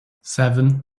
seven